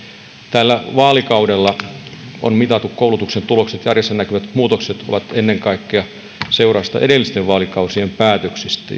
tällä vaalikaudella mitatut koulutuksen tulokset ja arjessa näkyvät muutokset ovat ennen kaikkea seurausta edellisten vaalikausien päätöksistä